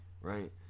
Right